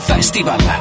Festival